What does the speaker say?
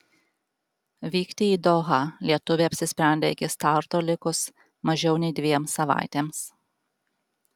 vykti į dohą lietuvė apsisprendė iki starto likus mažiau nei dviem savaitėms